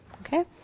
Okay